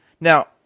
Now